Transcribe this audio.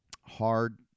hard